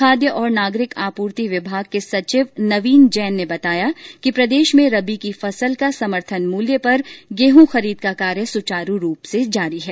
खाद्य और नागरिक आपूर्ति विभाग के सचिव नवीन जैन ने बताया कि प्रदेश में रबी की फसल का समर्थन मूल्य पर गेहूं खरीद का कार्य सुचारु रूप से जारी है